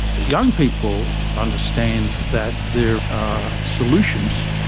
young people understand that there are solutions,